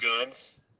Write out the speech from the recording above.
guns